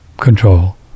control